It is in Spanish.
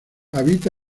habita